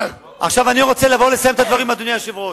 אדוני היושב-ראש,